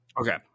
Okay